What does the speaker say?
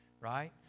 right